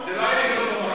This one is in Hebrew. זה לא היה עיתון "במחנה".